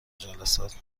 جلسات